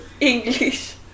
English